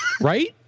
Right